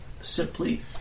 simply